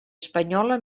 espanyola